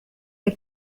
que